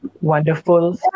Wonderful